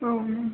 औ